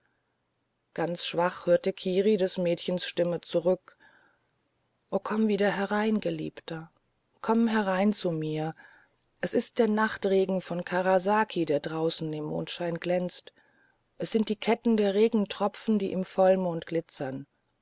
ganz schwach hörte kiri des mädchens stimme zurück o komm wieder herein geliebtester komm herein zu mir das ist der nachtregen von karasaki der draußen im mondschein glänzt es sind die ketten der regentropfen die im vollmond glitzern